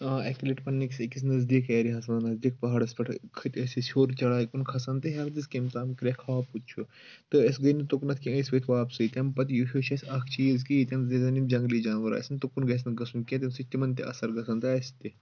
آ اَکہِ لَٹہِ پَننہِ کِس أکِس نزدیٖک ایریا ہَس منٛز نزدیٖک پہاڑَس پؠٹھ کھٔتۍ ٲسۍ أسۍ ہیوٚر چڑاے کُن کھَسان تہٕ ہیٚرِ دِژ کٔمۍ تام کرٛؠکھ ہاپُت چھُ تہٕ أسۍ گٔے نہٕ تُکُنَتھ کینٛہہ أسۍ وٕتھۍ واپسٕے تَمہِ پَتہٕ یہِ ہِٮ۪ٚوچھِ اَسہِ اَکھ چیٖز کہِ ییٚتین زَن ییٚتین یِم جنٛگلِی جانوَر آسن تُکُن گَژھِ نہٕ گژھُن کینٛہہ تمہِ سۭتۍ تِمَن تہِ اَثَر گژھان تہٕ اَسہِ تہِ